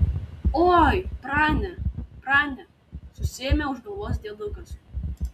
oi prane prane susiėmė už galvos diedukas